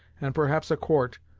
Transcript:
and perhaps a court,